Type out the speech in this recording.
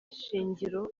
shingiro